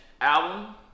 Album